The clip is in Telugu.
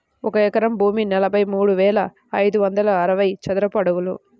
ఒక ఎకరం భూమి నలభై మూడు వేల ఐదు వందల అరవై చదరపు అడుగులు